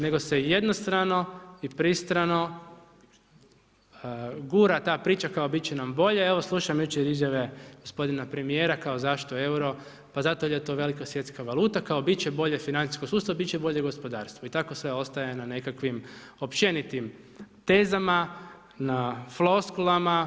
Nego se jednostrano i pristrano gura ta priča kao bit će nam bolje, evo slušam jučer izjave g. premijera, kao zašto euro, pa zato jer je to velika svjetska valuta, kao bit će bolje financijskom sustavu, bit će bolje gospodarstvu i tako sve ostaje na nekakvim općenitim tezama, na floskulama.